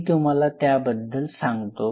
मी तुम्हाला त्याबद्दल सांगतो